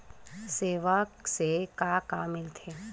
सेवा से का का मिलथे?